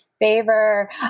favor